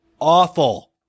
awful